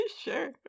Sure